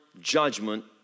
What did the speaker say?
judgment